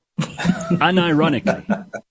unironically